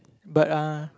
but uh